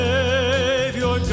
Savior